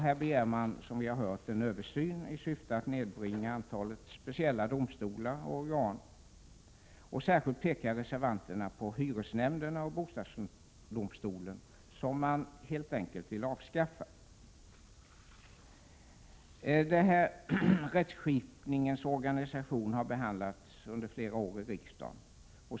Man begär, som vi har hört, en översyn i syfte att nedbringa antalet speciella domstolar och organ m.m. Särskilt pekar reservanterna på hyresnämnderna och bostadsdomstolen, som de helt enkelt vill avskaffa. Rättskipningens organisation har behandlats i riksdagen under flera år.